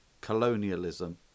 colonialism